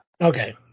Okay